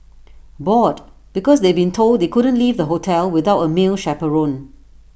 bored because they'd been told they couldn't leave the hotel without A male chaperone